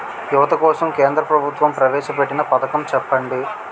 యువత కోసం కేంద్ర ప్రభుత్వం ప్రవేశ పెట్టిన పథకం చెప్పండి?